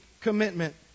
commitment